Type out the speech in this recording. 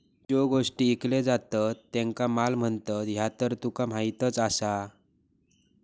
ज्यो गोष्टी ईकले जातत त्येंका माल म्हणतत, ह्या तर तुका माहीतच आसा